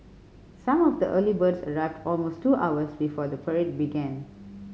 some of the early birds arrived almost two hours before the parade began